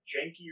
jankier